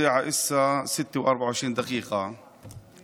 להלן תרגומם: השעה עכשיו 06:24. אני